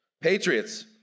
Patriots